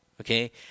Okay